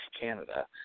Canada